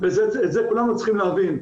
ואת זה כולנו צריכים להבין,